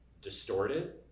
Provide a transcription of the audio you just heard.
distorted